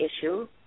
issue